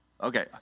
Okay